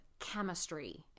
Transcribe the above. chemistry